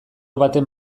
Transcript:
baten